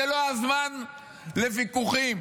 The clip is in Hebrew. זה לא הזמן לוויכוחים.